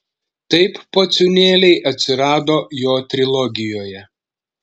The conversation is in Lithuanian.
taip pociūnėliai atsirado jo trilogijoje